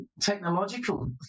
technological